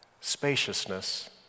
spaciousness